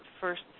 first